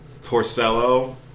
Porcello